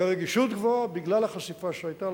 והרגישות גבוהה בגלל החשיפה שהיתה.